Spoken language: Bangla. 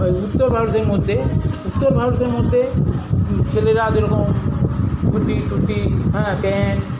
ওই উত্তর ভারতের মধ্যে উত্তর ভারতের মধ্যে ছেলেরা যেরকম ধুতি টুতি হ্যাঁ প্যান্ট